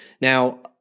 Now